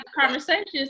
conversations